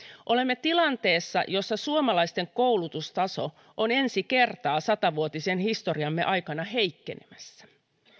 olemme tilanteessa jossa suomalaisten koulutustaso on ensi kertaa sata vuotisen historiamme aikana heikkenemässä